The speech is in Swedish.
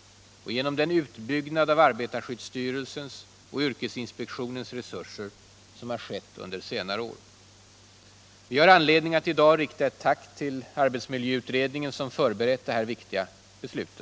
— och genom den utbyggnad av arbetarskyddsstyrelsens och yrkesinspektionens resurser som har skett under senare år. Vi har anledning att i dag rikta ett tack till arbetsmiljöutredningen som har förberett dessa viktiga beslut.